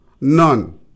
none